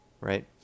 right